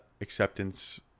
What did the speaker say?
acceptance